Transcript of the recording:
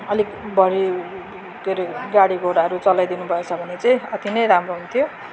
अलिक बढी के अरे गाडी घोडाहरू चलाइ दिनुभएछ भने चाहिँ अति नै राम्रो हुन्थ्यो